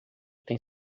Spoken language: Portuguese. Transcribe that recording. tem